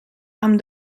amb